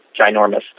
ginormous